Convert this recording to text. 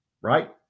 right